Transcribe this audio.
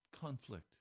Conflict